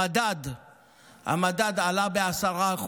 המדד עלה ב-10%,